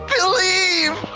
Believe